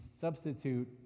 substitute